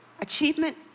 Achievement